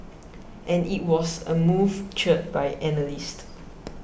and it was a move cheered by analysts